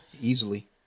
easily